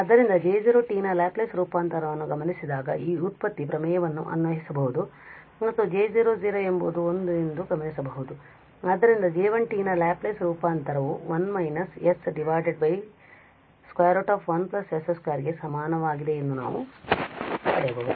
ಆದ್ದರಿಂದ J0 ನ Laplace ರೂಪಾಂತರವನ್ನು ಗಮನಿಸಿದಾಗ ನಾವು ಈ ವ್ಯುತ್ಪತ್ತಿ ಪ್ರಮೇಯವನ್ನು ಅನ್ವಯಿಸಬಹುದು ಮತ್ತು J0 ಎಂಬುದು 1 ಎಂದು ಗಮನಿಸಬಹುದು ಆದ್ದರಿಂದ J1 ನ ಲ್ಯಾಪ್ಲೇಸ್ ರೂಪಾಂತರವು 1 − s √1s2 ಗೆ ಸಮನಾಗಿದೆ ಎಂದು ನಾವು ಪಡೆಯಬಹುದು